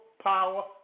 power